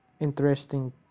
interesting